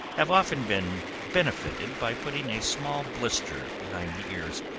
have often been benefitted by putting a small blister behind the ears,